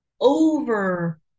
Over